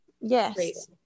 Yes